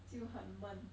就很闷